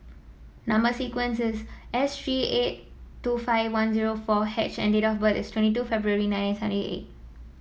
number sequence is S three eight two five one zero four H and date of birth is twenty two February nineteen seventy eight